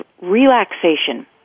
relaxation